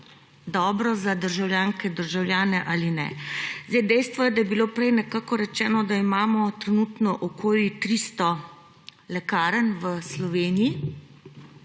dobro za državljanke, državljane ali ne. Dejstvo je, da je bilo prej nekako rečeno, da imamo trenutno okoli 300 lekarn v Sloveniji.